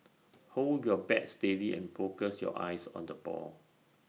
hold your bat steady and focus your eyes on the ball